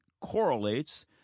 correlates